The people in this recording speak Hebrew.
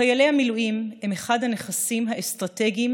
חיילי המילואים הם אחד הנכסים האסטרטגיים